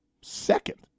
second